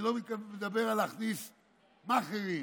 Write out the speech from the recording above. אני לא מדבר על להכניס מאכערים,